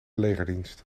legerdienst